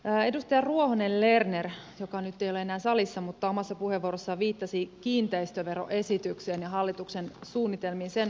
edustaja ruohonen lerner joka nyt ei ole enää salissa omassa puheenvuorossaan viittasi kiinteistöveroesitykseen ja hallituksen suunnitelmiin sen osalta